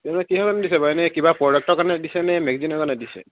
তেনেহ'লে কিহৰ কাৰণে দিছে বাৰু এনেই কিবা প্ৰডাক্টৰ কাৰণে দিছেনে মেগাজিনৰ কাৰণে দিছে